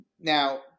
Now